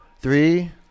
three